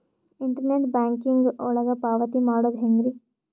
Internet banking ಒಳಗ ಪಾವತಿ ಮಾಡೋದು ಹೆಂಗ್ರಿ?